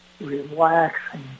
relaxing